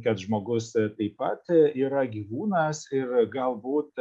kad žmogus taip pat yra gyvūnas ir galbūt